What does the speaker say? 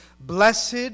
Blessed